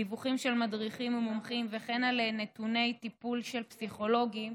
דיווחים של מדריכים ומומחים ועל נתוני טיפול של פסיכולוגים,